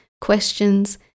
questions